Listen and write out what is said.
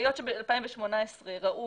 היות שב-2018 ראו